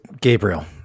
Gabriel